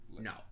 no